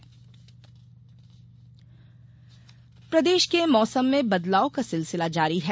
मौसम प्रदेश के मौसम में बदलाव का सिलसिला जारी है